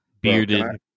bearded